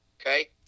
Okay